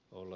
oulu